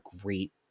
great